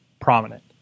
prominent